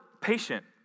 patient